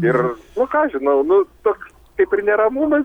ir nu ką aš žinau nu toks kaip ir neramumas